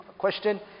question